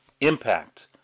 impact